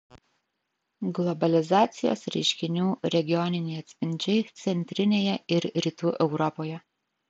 globalizacijos reiškinių regioniniai atspindžiai centrinėje ir rytų europoje